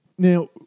Now